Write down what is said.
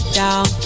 down